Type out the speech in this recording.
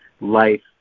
life